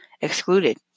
excluded